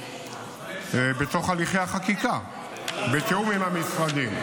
בתוך הליכי החקיקה בתיאום עם המשרדים.